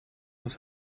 was